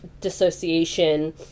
dissociation